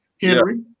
Henry